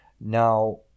Now